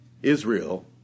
Israel